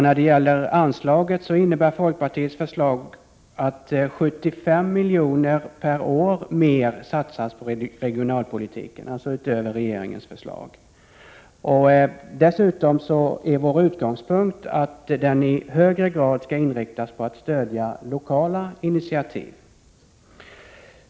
När det gäller anslaget innebär folkpartiets förslag att 75 miljoner per år utöver regeringens förslag satsas på regionalpolitiken. Dessutom är vår utgångspunkt att regionalpolitiken i högre grad skall inriktas på att stödja lokala initiativ.